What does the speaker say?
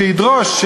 שידרוש: